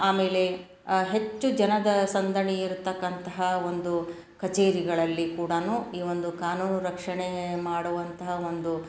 ಆಮೇಲೆ ಹೆಚ್ಚು ಜನದ ಸಂದಣಿ ಇರತಕ್ಕಂತಹ ಒಂದು ಕಛೇರಿಗಳಲ್ಲಿ ಕೂಡಾ ಈ ಒಂದು ಕಾನೂನು ರಕ್ಷಣೆ ಮಾಡುವಂತಹ ಒಂದು